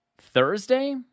Thursday